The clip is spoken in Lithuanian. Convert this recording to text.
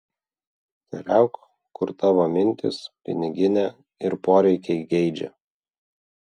keliauk kur tavo mintys piniginė ir poreikiai geidžia